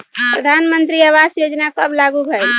प्रधानमंत्री आवास योजना कब लागू भइल?